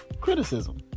criticism